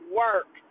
work